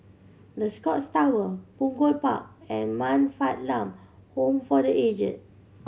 The Scotts Tower Punggol Park and Man Fatt Lam Home for Aged